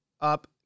up